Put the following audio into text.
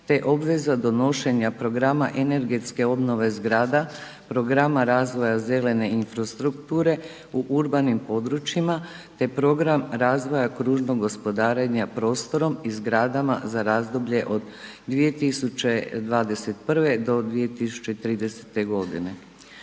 te obveza donošenja programa energetske obnove zgrada, programa razvoja zelene infrastrukture u urbanim područjima, te program razvoja kružnog gospodarenja prostorom i zgradama za razdoblje od 2021. do 2030.g.